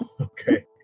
Okay